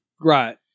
Right